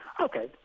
Okay